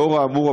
נוכח האמור,